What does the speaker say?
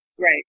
Right